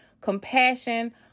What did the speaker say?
compassion